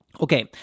Okay